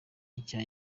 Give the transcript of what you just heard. nshya